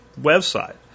website